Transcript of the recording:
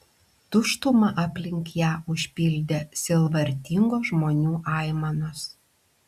tuštumą aplink ją užpildė sielvartingos žmonių aimanos